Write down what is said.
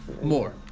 more